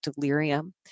delirium